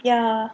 ya